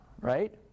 Right